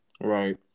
Right